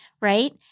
right